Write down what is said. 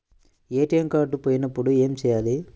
ATM card పోయినప్పుడు ఏమి చేయాలి?